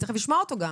אני תכף אשמע אותו גם.